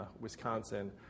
Wisconsin